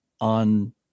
on